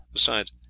besides,